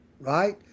Right